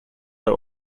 der